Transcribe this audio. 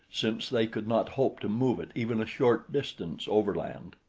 since they could not hope to move it even a short distance overland.